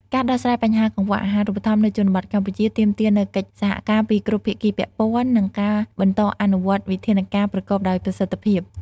ការដោះស្រាយបញ្ហាកង្វះអាហារូបត្ថម្ភនៅជនបទកម្ពុជា ទាមទារនូវកិច្ចសហការពីគ្រប់ភាគីពាក់ព័ន្ធ និងការបន្តអនុវត្តវិធានការប្រកបដោយប្រសិទ្ធភាព។